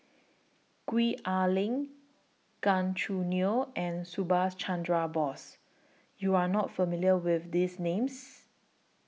Gwee Ah Leng Gan Choo Neo and Subhas Chandra Bose YOU Are not familiar with These Names